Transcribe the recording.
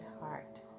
heart